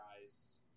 guys